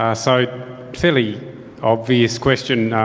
a so fairly obvious question,